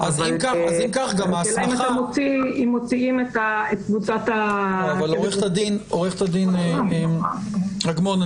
השאלה אם מוציאים את קבוצת --- עו"ד אגמון,